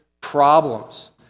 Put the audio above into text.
problems